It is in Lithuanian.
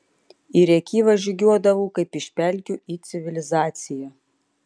į rėkyvą žygiuodavau kaip iš pelkių į civilizaciją